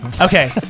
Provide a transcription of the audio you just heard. Okay